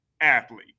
athlete